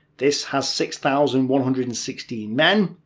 this has six thousand one hundred and sixteen men,